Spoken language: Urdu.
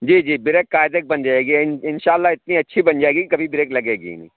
جی جی بریک قاعدے كی بن جائے گی اِن اِنشاء اللہ اتنی اچھی بن جائے گی کہ کبھی بریک لگے گی ہی نہیں